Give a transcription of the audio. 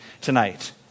tonight